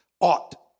ought